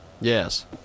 Yes